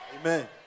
amen